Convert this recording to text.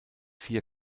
vier